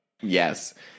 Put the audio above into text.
Yes